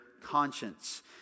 conscience